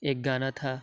ایک گانا تھا